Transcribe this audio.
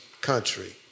country